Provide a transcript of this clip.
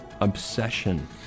Obsession